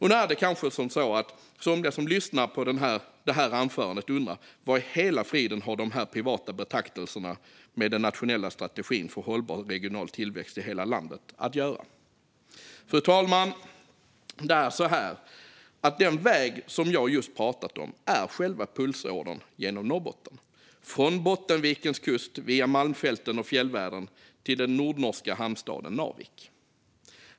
Nu kanske somliga som lyssnar på detta anförande undrar vad i hela friden dessa privata betraktelser har att göra med den nationella strategin för hållbar regional tillväxt i hela landet. Fru talman! Den väg som jag just pratat om är själva pulsådern genom Norrbotten, från Bottenvikens kust via Malmfälten och fjällvärlden till den nordnorska hamnstaden Narvik.